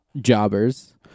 jobbers